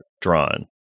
drawn